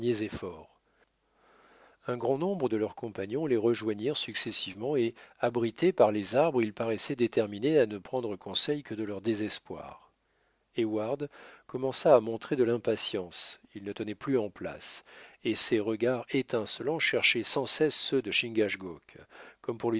efforts un grand nombre de leurs compagnons les rejoignirent successivement et abrités par les arbres ils paraissaient déterminés à ne prendre conseil que de leur désespoir heyward commença à montrer de l'impatience il ne tenait plus en place et ses regards étincelants cherchaient sans cesse ceux de chingachgook comme